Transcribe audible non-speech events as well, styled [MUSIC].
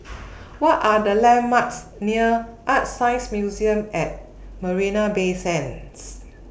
[NOISE] What Are The landmarks near ArtScience Museum At Marina Bay Sands